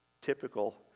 typical